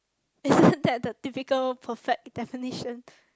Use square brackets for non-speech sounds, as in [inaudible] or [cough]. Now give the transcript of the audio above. isn't [breath] that the typical perfect definition